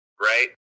right